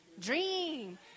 dream